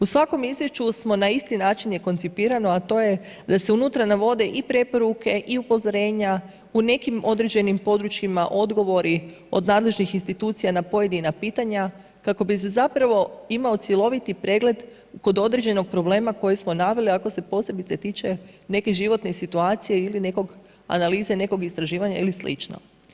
U svakom izvješću smo na isti način je koncipirano a to je da se unutra navode i preporuke i upozorenja, u nekim određenim područjima odgovori od nadležnih institucija na pojedina pitanja kako bi se zapravo imao cjeloviti pregled kod određenog problema koji smo naveli ako se posebice tiče neke životne situacije ili nekog, analize nekog istraživanja ili slično.